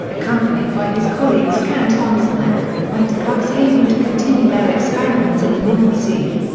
accompanied by his colleagues cantor and zenneck, went to cuxhaven to continue their experiments at the north sea.